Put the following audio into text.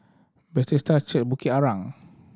Bethesda Church Bukit Arang